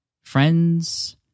friends